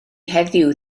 heddiw